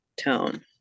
tone